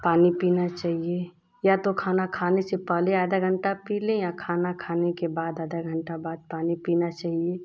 पानी पीना चाहिए या तो खाना खाने से पहले आधा घंटा पी लें या खाना खाने के बाद आधा घंटा बाद पानी पीना चाहिए